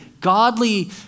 godly